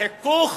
החיכוך